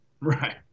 Right